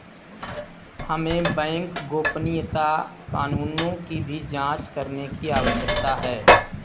हमें बैंक गोपनीयता कानूनों की भी जांच करने की आवश्यकता है